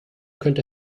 könnte